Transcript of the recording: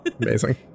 Amazing